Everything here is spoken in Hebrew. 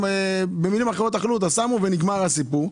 הם במילים אחרות, "אכלו אותה", שמו ונגמר הסיפור.